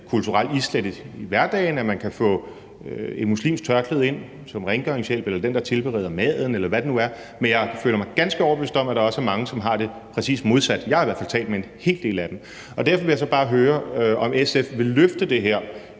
kulturelt islæt i hverdagen, at man kan få et muslimsk tørklæde ind som rengøringshjælp eller den, der tilbereder maden, eller hvad det nu er, men jeg føler mig ganske overbevist om, at der også er mange, som har det præcis modsat. Jeg har i hvert fald talt med en hel del af dem. Derfor vil jeg så bare høre, om SF vil løfte det her.